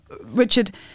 Richard